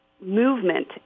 movement